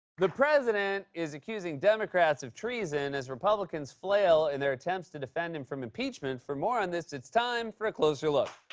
the president is accusing democrats of treason as republicans flail in their attempts to defend him from impeachment. for more on this, it's time for a closer look.